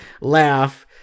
laugh